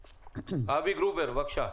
אבי גרובר, בבקשה.